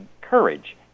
courage